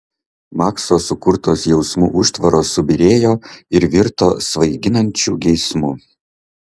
makso sukurtos jausmų užtvaros subyrėjo ir virto svaiginančiu geismu